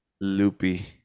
Loopy